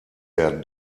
der